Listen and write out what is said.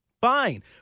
Fine